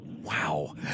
Wow